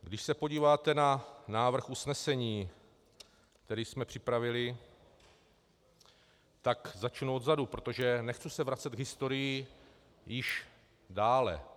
Když se podíváte na návrh usnesení, který jsme připravili, tak začnu odzadu, protože nechci se vracet k historii již dále.